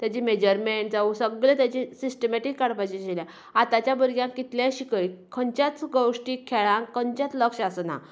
तेजे मेजरमेंट जावं सगळें तेजें सिस्टमेटीक काडपाचें आशिल्ले आताच्या भुरग्यांक कितलेंय शिकय खंयच्याच गोश्टीक खेळांत खंयचेंच लक्ष आसना